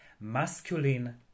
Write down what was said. masculine